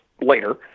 later